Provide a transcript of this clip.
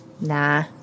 nah